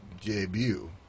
debut